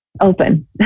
open